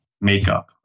makeup